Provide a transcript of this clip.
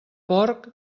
porc